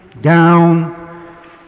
down